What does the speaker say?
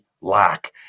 lack